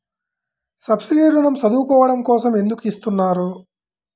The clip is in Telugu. సబ్సీడీ ఋణం చదువుకోవడం కోసం ఎందుకు ఇస్తున్నారు?